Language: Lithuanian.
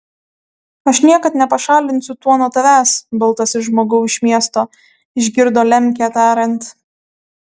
aš niekad nepašalinsiu to nuo tavęs baltasis žmogau iš miesto išgirdo lemkę tariant